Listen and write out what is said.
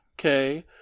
okay